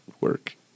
work